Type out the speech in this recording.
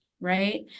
right